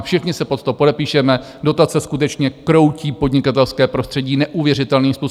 Všichni se pod to podepíšeme, dotace skutečně kroutí podnikatelské prostředí neuvěřitelným způsobem.